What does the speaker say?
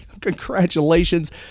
Congratulations